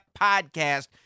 podcast